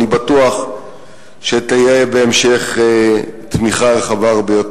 אני בטוח שתהיה בהמשך תמיכה רחבה הרבה יותר,